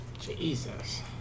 Jesus